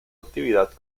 actividad